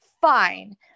fine